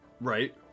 right